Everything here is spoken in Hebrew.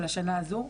של השנה הזו?